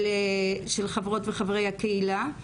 של חברות וחברי הקהילה.